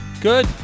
Good